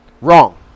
Wrong